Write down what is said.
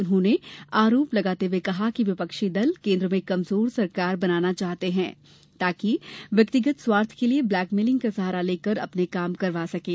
उन्होंने आरोप लगाते हुए कहा कि विपक्षी दल केन्द्र में कमजोर सरकार बनाना चाहते हैं ताकि व्यक्तिगत स्वार्थ के लिये ब्लेकमेलिंग का सहारा लेकर अपने काम करवा सकें